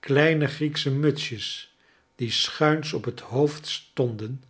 kleine grieksche mutsjes die schuins op het hoofd stonden